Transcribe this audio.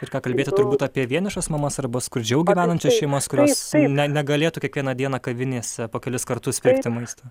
ir ką kalbėti turbūt apie vienišas mamos arba skurdžiau gyvenančias šeimas kurios ne negalėtų kiekvieną dieną kavinėse po kelis kartus pirkti maisto